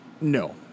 No